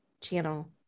channel